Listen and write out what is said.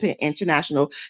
International